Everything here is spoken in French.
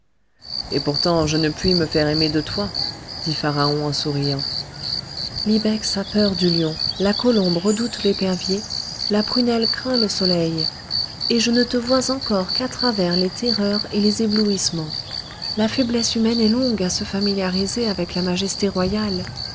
et pourtant je ne puis me faire aimer de toi dit pharaon en souriant l'ibex a peur du lion la colombe redoute l'épervier la prunelle craint le soleil et je ne te vois encore qu'à travers les terreurs et les éblouissements la faiblesse humaine est longue à se familiariser avec la majesté royale